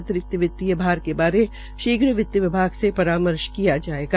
अतिरिक्त वित्तीय भार के बारे शीघ्र वित्त विभाग में परामर्श किया जायेगा